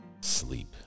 sleep